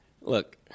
Look